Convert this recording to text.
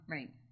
Right